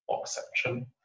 exception